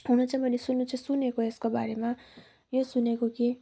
हुनु चाहिँ मैले सुन्नु चाहिँ सुनेको यसको बारेमा यो सुनेको कि